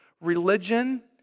religion